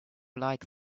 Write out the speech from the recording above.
like